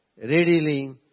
readily